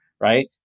right